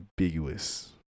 ambiguous